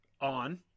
on